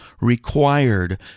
required